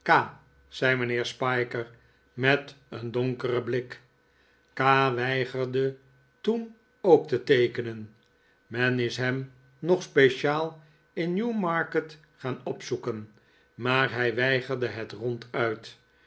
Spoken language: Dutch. zei mijnheer spiker met een donkeren blik k weigerde toen ook te teekenen men is hem nog speciaal in newmarket gaan opzoeken maar hij weigerde het ronduit